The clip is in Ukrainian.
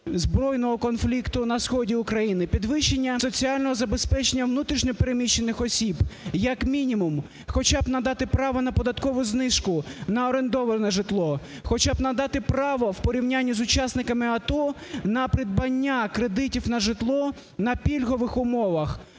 збройного конфлікту на сході України. Підвищення соціального забезпечення внутрішньо переміщених осіб, як мінімум, хоча б надати право на податкову знижку на орендоване житло, хоча б надати право в порівнянні з учасниками АТО на придбання кредитів на житло на пільгових умовах.